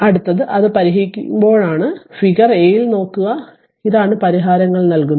അടുത്തത് അത് പരിഹരിക്കുമ്പോഴാണ് ഫിഗർ a യിൽ നിന്ന് നോക്കുക ഇതാണ് പരിഹാരങ്ങൾ നൽകുന്നത്